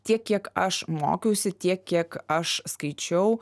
tiek kiek aš mokiausi tiek kiek aš skaičiau